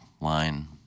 line